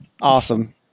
Awesome